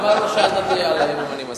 למה לא שאלת אותי עליהם אם אני מסכים?